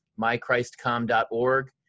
mychristcom.org